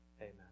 Amen